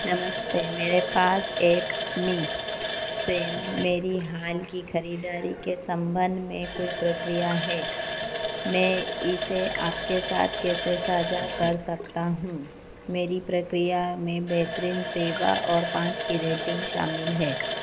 नमस्ते मेरे पास एपमे से मेरी हाल की खरीदारी के सम्बन्ध में कुछ प्रतिक्रिया है मैं इसे आपके साथ कैसे साझा कर सकता हूँ मेरी प्रतिक्रिया में बेहतरीन सेवा और पाँच की रेटिन्ग शामिल है